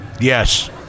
Yes